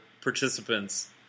participants